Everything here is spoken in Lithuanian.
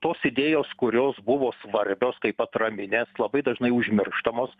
tos idėjos kurios buvo svarbios kaip atraminės labai dažnai užmirštamos